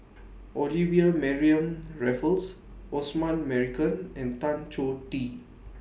Olivia Mariamne Raffles Osman Merican and Tan Choh Tee